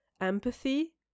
empathy